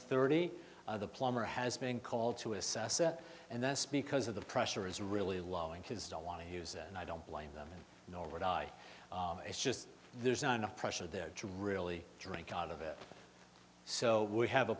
thirty the plumber has been called to assess it and that's because of the pressure is really low and kids don't want to use it and i don't blame them nor would i it's just there's not enough pressure there to really drink out of it so we have a